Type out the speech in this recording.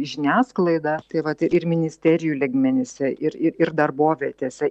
žiniasklaidą taip vat ir ministerijų lygmenyse ir ir darbovietėse ir